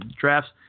drafts